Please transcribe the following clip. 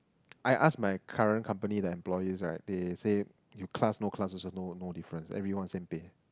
I asked my current company the employees right they say you class no class also no no difference everyone same pay